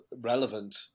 relevant